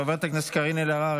חברת הכנסת קארין אלהרר,